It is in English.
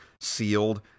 sealed